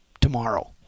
tomorrow